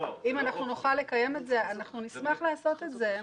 אם נוכל לקיים את זה, נשמח לעשות את זה.